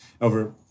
over